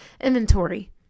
inventory